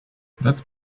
that’s